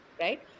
right